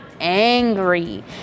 angry